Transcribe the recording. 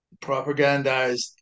propagandized